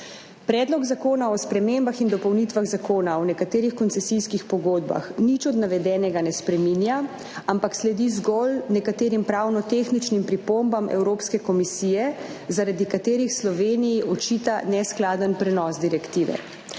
Predlog zakona o spremembah in dopolnitvah Zakona o nekaterih koncesijskih pogodbah ničesar od navedenega ne spreminja, ampak sledi zgolj nekaterim pravno-tehničnim pripombam Evropske komisije, zaradi katerih Sloveniji očita neskladen prenos direktive.